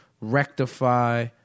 rectify